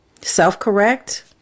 self-correct